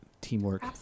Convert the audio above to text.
Teamwork